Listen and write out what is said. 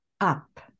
up